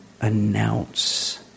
announce